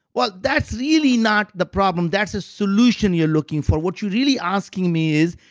well that's really not the problem, that's a solution you're looking for. what you're really asking me is,